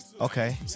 okay